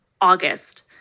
august